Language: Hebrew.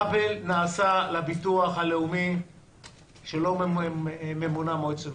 עוול נעשה לביטוח הלאומי שלא ממונה לו מועצת מנהלים.